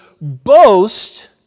boast